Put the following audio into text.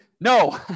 no